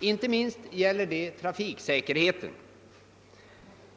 Inte minst gäller detta på trafiksäkerhetsområdet.